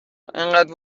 انقد